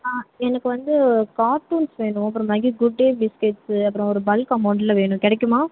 ஆ எனக்கு வந்து கார்ட்டூன்ஸ் வேணும் அப்பறமேக்கி குட் டே பிஸ்கெட்ஸு அப்புறம் ஒரு பல்க் அமௌண்ட்டில் வேணும் கிடைக்குமா